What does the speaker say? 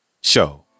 Show